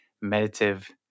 meditative